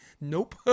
Nope